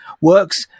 works